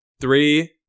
Three